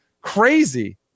crazy